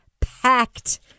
packed